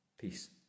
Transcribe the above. Peace